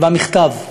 במכתב,